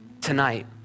tonight